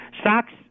Stocks